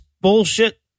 bullshit